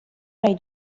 nahi